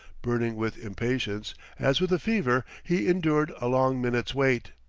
burning with impatience as with a fever, he endured a long minute's wait.